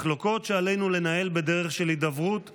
מחלוקות שעלינו לנהל בדרך של הידברות כאן,